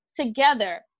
together